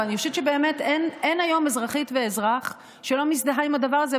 אבל אני חושבת שאין היום אזרחית ואזרח שלא מזדהים עם הדבר הזה,